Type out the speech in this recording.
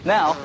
Now